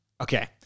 Okay